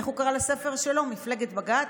איך הוא קרא לספר שלו, "מפלגת בג"ץ"?